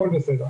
הכול בסדר.